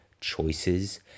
choices